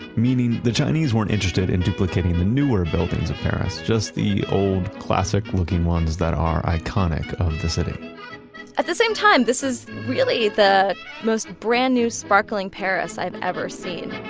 meaning, the chinese weren't interested in duplicating the newer buildings of paris, just the old classic looking ones that are iconic of the city at the same time, this is really the most brand new, sparkling paris i've ever seen.